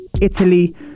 Italy